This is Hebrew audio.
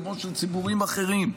כמו של ציבורים אחרים.